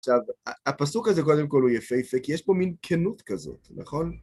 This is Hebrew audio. עכשיו, הפסוק הזה קודם כל הוא יפהפה, כי יש פה מין כנות כזאת, נכון?